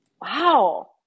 Wow